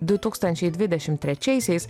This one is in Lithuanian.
du tūkstančiai dvidešim trečiaisiais